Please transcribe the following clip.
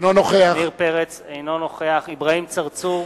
אינו נוכח אברהים צרצור,